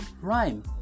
rhyme